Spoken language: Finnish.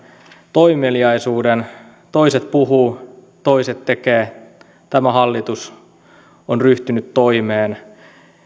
toimeliaisuuden toiset puhuvat toiset tekevät tämä hallitus on ryhtynyt toimeen